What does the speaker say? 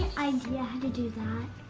idea ah how to do that?